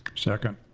second.